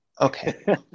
okay